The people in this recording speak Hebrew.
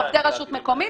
עובדי רשות מקומית,